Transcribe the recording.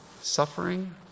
suffering